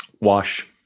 Wash